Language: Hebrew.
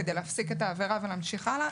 כדי להפסיק את העבירה ולהמשיך הלאה,